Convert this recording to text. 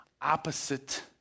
opposite